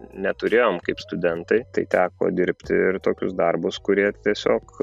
neturėjom kaip studentai tai teko dirbti ir tokius darbus kurie tiesiog